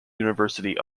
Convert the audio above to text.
university